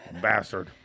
Bastard